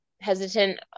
hesitant